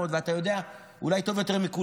ואתה יודע אולי טוב יותר מכולם,